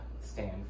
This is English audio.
stand